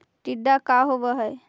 टीडा का होव हैं?